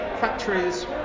factories